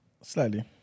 Slightly